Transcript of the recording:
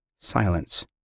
Silence